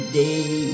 day